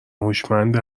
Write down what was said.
هوشمند